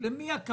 ולמה צריך שיהיה